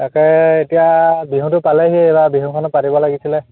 তাকে এতিয়া বিহুটো পালেহিয়ে এইবাৰ বিহুখনো পাতিব লাগিছিলে